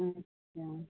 अच्छा